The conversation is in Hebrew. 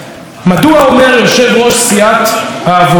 מדוע יושב-ראש סיעת העבודה,